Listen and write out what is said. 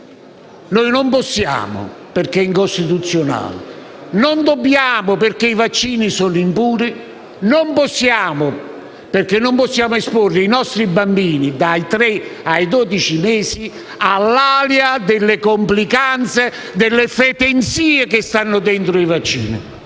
di legge, perché è incostituzionale; non dobbiamo, perché i vaccini sono impuri; non possiamo, perché non possiamo esporre i nostri bambini, dai tre ai dodici mesi, all'alea delle complicanze delle fetenzie che stanno dentro i vaccini.